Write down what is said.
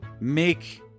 make